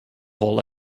wol